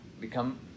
become